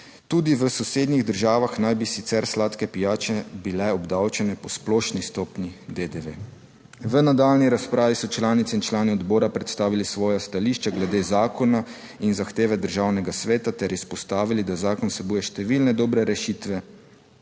Tudi v sosednjih državah naj bi sicer sladke pijače bile obdavčene po splošni stopnji DDV. V nadaljnji razpravi so članice in člani odbora predstavili svoja stališča glede zakona in zahteve Državnega sveta ter izpostavili, da zakon vsebuje številne dobre rešitve,